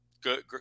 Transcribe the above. good